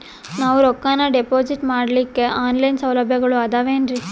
ನಾವು ರೊಕ್ಕನಾ ಡಿಪಾಜಿಟ್ ಮಾಡ್ಲಿಕ್ಕ ಆನ್ ಲೈನ್ ಸೌಲಭ್ಯಗಳು ಆದಾವೇನ್ರಿ?